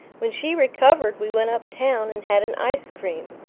when she recovered we went uptown and had an ice cream.